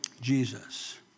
jesus